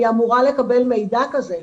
אני אמורה לקבל מידע כזה.